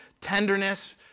tenderness